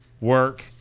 work